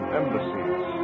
embassies